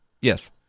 yes